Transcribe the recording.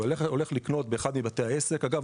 אגב,